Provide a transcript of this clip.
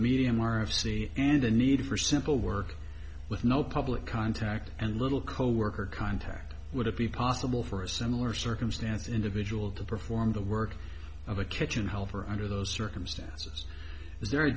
medium are of c and a need for simple work with no public contact and little coworker contact would it be possible for a similar circumstance individual to perform the work of a kitchen helper under those circumstances